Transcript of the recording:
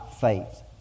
faith